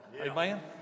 Amen